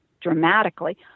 dramatically